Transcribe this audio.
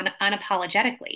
unapologetically